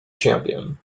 champion